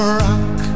rock